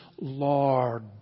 Lord